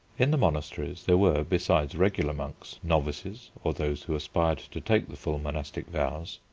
in the monasteries there were, besides regular monks, novices or those who aspired to take the full monastic vows,